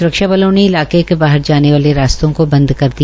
सुरक्षा बलों ने इलाके के बाहर ने वाले रास्तों को बंद कर दिया